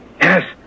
Yes